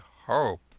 hope